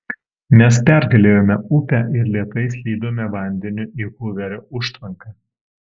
mes pergalėjome upę ir lėtai slydome vandeniu į huverio užtvanką